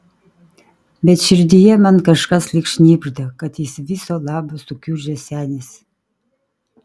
bet širdyje man kažkas lyg šnibžda kad jis viso labo sukiužęs senis